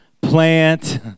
plant